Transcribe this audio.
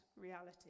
reality